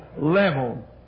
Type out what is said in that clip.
level